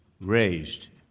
raised